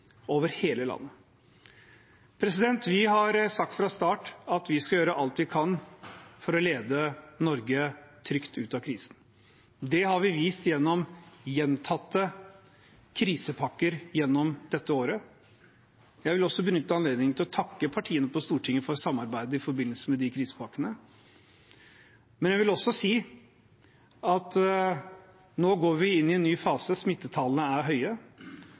over hele landet. Vi har sagt fra start at vi skal gjøre alt vi kan for å lede Norge trygt ut av krisen. Det har vi vist gjennom gjentatte krisepakker gjennom dette året. Jeg vil også benytte anledningen til å takke partiene på Stortinget for samarbeidet i forbindelse med krisepakkene. Men jeg vil også si at nå går vi inn i en ny fase. Smittetallene er høye,